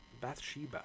Bathsheba